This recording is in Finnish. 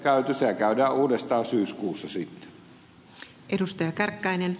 sehän käydään uudestaan syyskuussa sitten